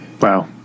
Wow